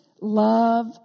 love